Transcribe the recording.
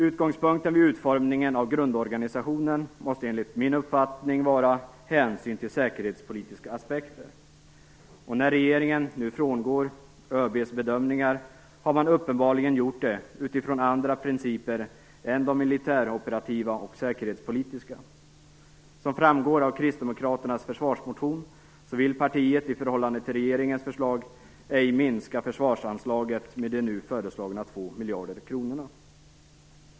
Utgångspunkten vid utformningen av grundorganisationen måste enligt min uppfattning vara hänsyn till säkerhetspolitiska aspekter. När regeringen nu frångår ÖB:s bedömningar har man uppenbarligen gjort det utifrån andra principer än de militäroperativa och säkerhetspolitiska. Som framgår av Kristdemokraternas försvarsmotion vill partiet i förhållande till regeringens förslag ej minska försvarsanslaget med de nu föreslagna 2 miljarder kronorna.